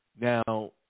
Now